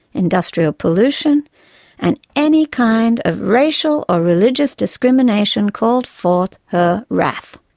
industrial pollution and any kind of racial or religious discrimination called forth her wrath.